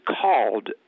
called